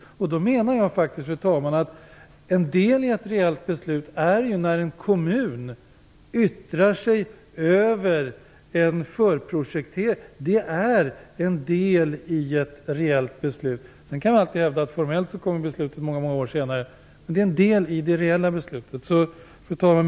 Jag menar faktiskt, fru talman, att en del i ett reellt beslut har fattats när en kommun yttrar sig över en förprojektering. Det är en del i ett reellt beslut. Sedan kan man alltid hävda att beslutet formellt fattas flera år senare, men det är en del i det reella beslutet. Fru talman!